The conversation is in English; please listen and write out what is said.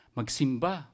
magsimba